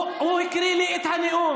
הוא הקריא לי את הנאום.